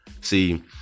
See